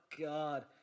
God